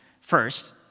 first